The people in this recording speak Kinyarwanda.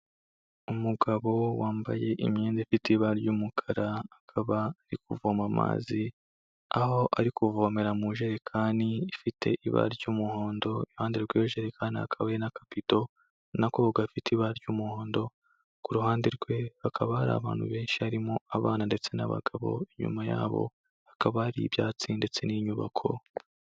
Umugabo wambaye imyenda ifite ibara ry'umukara, akaba ari kuvoma amazi, aho ari kuvomera mujerekani ifite ibara ry'umuhondo, iruhande rwiyo jerekani akaba hari nakabido na ko gafite ibara ry'umuhondo ku ruhande rwe hakaba hari abantu benshi harimo abana ndetse n'abagabo, inyuma yabo hakaba hari ibyatsi ndetse n'inyubako.